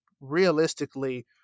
realistically